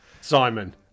Simon